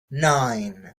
nine